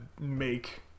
make